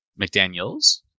McDaniels